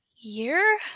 year